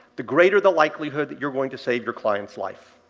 the greater the likelihood that you're going to save your client's life.